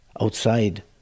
outside